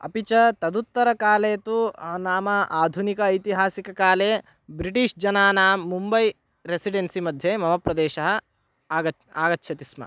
अपि च तदुत्तरकाले तु नाम आधुनिक ऐतिहासिककाले ब्रिटिश् जनानां मुम्बै रेसिडेन्सि मध्ये मम प्रदेशः आगच् आगच्छति स्म